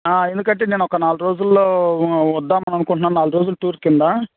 ఎందుకు అంటే నేను ఒక నాలుగు రోజుల్లో వద్దామని అనుకుంటున్నాను నాలుగు రోజులు టూర్ కింద